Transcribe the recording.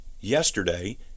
Yesterday